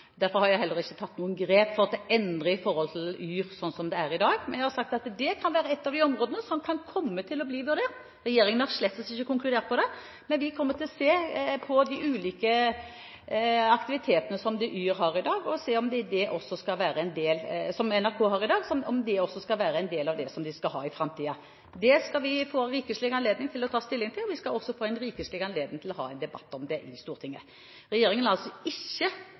Derfor har jeg heller ikke tatt noen grep for å endre yr.no sånn som det er i dag, men jeg har sagt at det kan være et av de områdene som kan komme til å bli vurdert. Regjeringen har slett ikke konkludert på det. Men vi kommer til å se på de ulike aktivitetene som NRK har i dag, og se om de også skal være en del av det som de skal ha i framtiden. Det skal vi få rikelig anledning til å ta stilling til, og vi skal også få rikelig anledning til å ha en debatt om det i Stortinget. Regjeringen har altså ikke sagt at vi skal redusere yr.no, men vi har sagt at det er et av de områdene som må bli vurdert i forbindelse med at vi skal se på organiseringen, omfanget og ikke